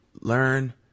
learn